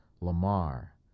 Lamar